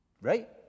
Right